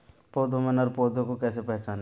पौधों में नर पौधे को कैसे पहचानें?